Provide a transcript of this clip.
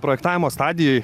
projektavimo stadijoj